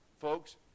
folks